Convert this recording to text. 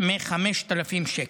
מ-5,000 שקל.